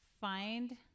find